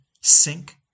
sink